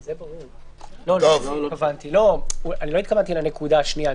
אני לא התכוונתי לנקודה השנייה,